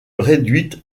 réduite